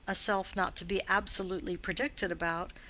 a self not to be absolutely predicted about,